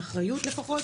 לפחות